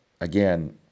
again